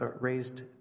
raised